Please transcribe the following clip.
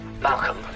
Malcolm